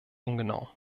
ungenau